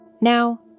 Now